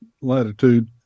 latitude